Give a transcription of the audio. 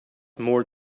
more